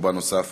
קורבן נוסף